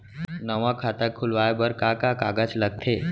नवा खाता खुलवाए बर का का कागज लगथे?